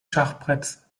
schachbretts